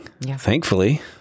Thankfully